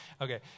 Okay